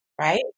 right